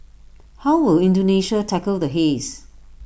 how will Indonesia tackle the haze